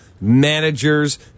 managers